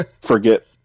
forget